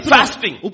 fasting